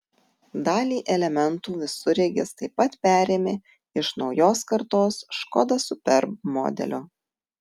dalį elementų visureigis taip pat perėmė iš naujos kartos škoda superb modelio